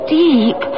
deep